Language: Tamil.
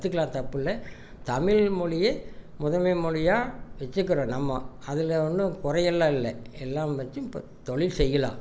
கற்றுக்குலாம் தப்பு இல்லை தமிழ்மொழியே முதன்மை மொழியாக வச்சுக்குறோம் நம்ம அதில் ஒன்றும் குறையெல்லாம் இல்லை எல்லாம் தொழில் செய்யலாம்